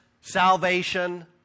salvation